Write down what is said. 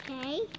Okay